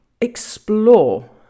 explore